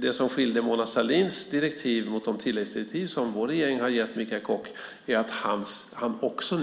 Det finns en skillnad mellan Mona Sahlins direktiv och de tilläggsdirektiv som vår regering har gett Michaël Koch. Nu fick han också